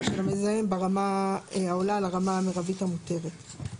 של המזהם ברמה העולה לרמה המירבית המותרת.